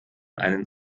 einen